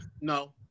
No